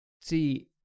See